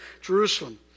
Jerusalem